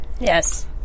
yes